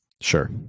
Sure